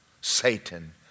Satan